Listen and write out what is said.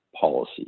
policy